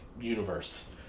Universe